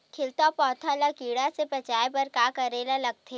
खिलत पौधा ल कीरा से बचाय बर का करेला लगथे?